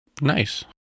Nice